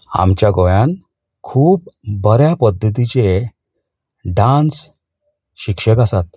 आमच्या गोंयांत खूब बऱ्या पध्दतीचे डान्स शिक्षक आसात